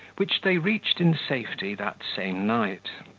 which they reached in safety that same night.